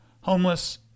homeless